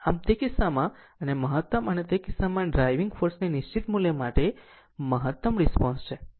આમ તે કિસ્સામાં અને મહત્તમ અને તે કિસ્સામાં ડ્રાઇવિંગ ફોર્સની નિશ્ચિત મુલ્ય માટે મહત્તમ રિસ્પોન્સ છે